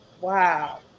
Wow